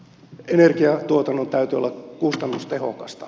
energiantuotannon täytyy olla kustannustehokasta